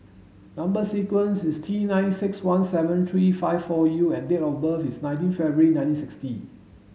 number sequence is T nine six one seven three five four U and date of birth is nineteen February nineteen sixty